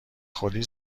خودی